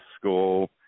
school